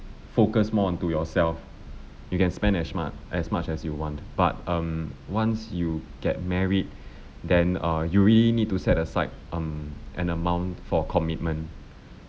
focus more on to yourself you can spend ash ma~ as much as you want but um once you get married then uh you really need to set aside um an amount for commitment